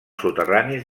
soterranis